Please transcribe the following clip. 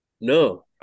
No